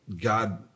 God